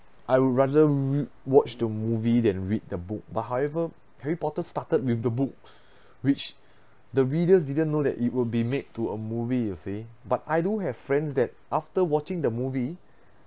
I would rather re~ watch the movie than read the book but however harry potter started with the books which the readers didn't know that it will be made to a movie you see but I do have friends that after watching the movie